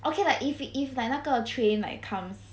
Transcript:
okay lah if if like 那个 train like comes